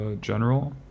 general